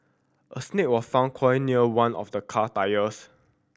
a snake was found coiled near one of the car tyres